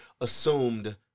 assumed